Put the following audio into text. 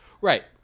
Right